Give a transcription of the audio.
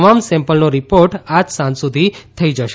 તમામ સેમ્પલનો રિપોર્ટ આજે સાંજ સુધી થઇ જશે